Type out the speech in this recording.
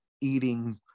eating